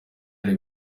iri